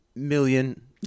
million